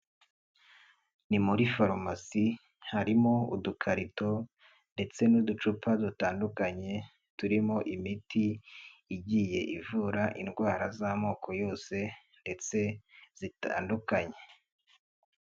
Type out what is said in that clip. Ni muri farumasi ,harimo udukarito ndetse n'uducupa dutandukanye, turimo imiti igiye ivura indwara z'amoko yose ndetse zitandukanye.